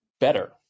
better